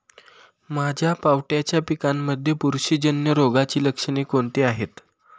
माझ्या पावट्याच्या पिकांमध्ये बुरशीजन्य रोगाची लक्षणे कोणती आहेत?